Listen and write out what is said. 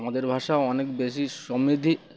আমাদের ভাষা অনেক বেশি সমৃধি